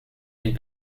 had